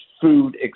food